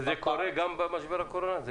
זה קורה גם במשבר הקורונה?